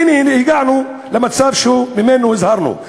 הנה, הנה, הגענו למצב שממנו הוזהרנו.